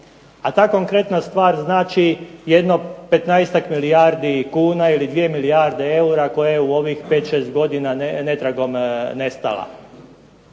A ta konkretna stvar znači jedno 15-ak milijardi kuna ili 2 milijarde eura koje u ovih 5, 6 godina netragom nestala.